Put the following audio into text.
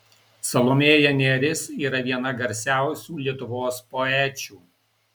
salomėja nėris yra viena garsiausių lietuvos poečių